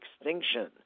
extinction